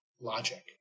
logic